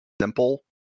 simple